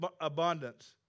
abundance